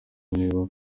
niba